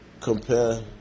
Compare